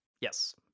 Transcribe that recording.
Yes